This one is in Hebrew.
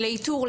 לאיתור,